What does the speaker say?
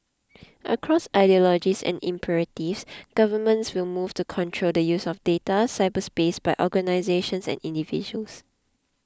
across ideologies and imperatives governments will move to control the use of data cyberspace by organisations and individuals